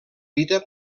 vida